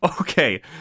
Okay